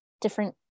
different